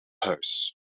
huis